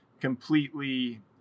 completely